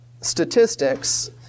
statistics